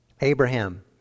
Abraham